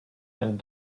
and